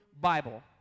Bible